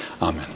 Amen